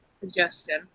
suggestion